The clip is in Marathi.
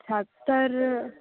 अच्छा तर